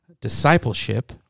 discipleship